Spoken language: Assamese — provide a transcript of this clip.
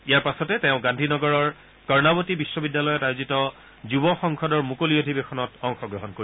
ইয়াৰ পাছতে তেওঁ গান্ধীনগৰৰ কৰ্ণৱতী বিশ্ববিদ্যালয়ত আয়োজিত যূৱ সংসদৰ মুকলি অধিবেশনত অংশগ্ৰহণ কৰিব